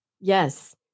Yes